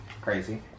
Crazy